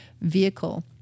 vehicle